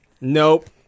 Nope